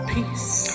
Peace